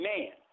Man